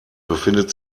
befindet